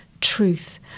truth